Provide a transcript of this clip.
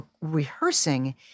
rehearsing